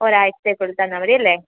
ഒരാഴ്ചക്കുള്ളിൽ തന്നാൽ മതിയല്ലേ